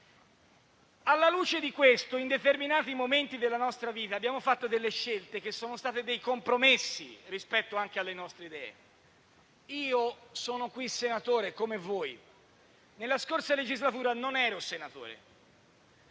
Alla luce di questo, in determinati momenti della nostra vita abbiamo fatto delle scelte che sono state dei compromessi rispetto anche alle nostre idee. Io sono senatore come voi; nella scorsa legislatura non lo ero.